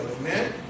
Amen